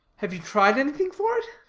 have you tried anything for it?